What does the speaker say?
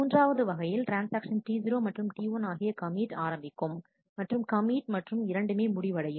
மூன்றாவது வகையில் transaction T0 மற்றும் T1 ஆகிய கமிட் ஆரம்பிக்கும் மற்றும் கமிட் மற்றும் இரண்டுமே முடிவடையும்